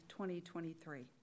2023